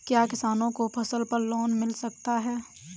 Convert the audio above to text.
क्या किसानों को फसल पर लोन मिल सकता है?